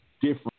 different